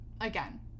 again